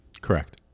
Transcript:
Correct